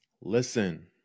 Listen